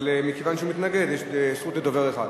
אבל מכיוון שהוא מתנגד, יש זכות לדובר אחד.